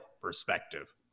perspective